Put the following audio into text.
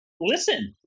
Listen